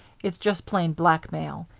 it's just plain blackmail.